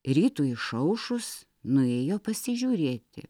rytui išaušus nuėjo pasižiūrėti